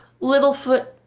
Littlefoot